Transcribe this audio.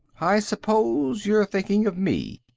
i suppose you're thinking of me.